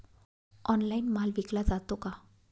Online माल विकला जातो का?